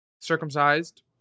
circumcised